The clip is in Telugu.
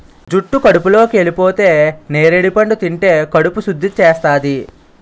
జుట్టు కడుపులోకెళిపోతే నేరడి పండు తింటే కడుపు సుద్ధి చేస్తాది